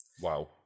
Wow